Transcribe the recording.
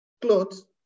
clothes